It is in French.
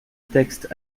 texte